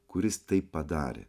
kuris taip padarė